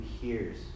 hears